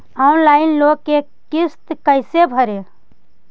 Online loan के किस्त कैसे भरे?